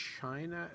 China